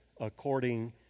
according